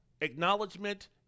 acknowledgement